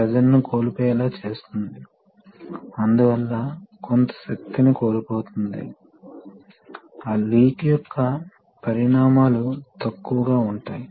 కాబట్టి అసలు విషయం ఇలా ఉంది ఇది ఒక నాచ్ తో సిలిండర్ మధ్యలో v ఆకారపు నాచ్ ని కలిగి ఉంటుంది